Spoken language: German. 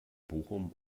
bochum